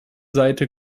seite